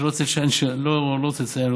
אני לא רוצה לציין,